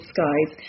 Skies